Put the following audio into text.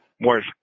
More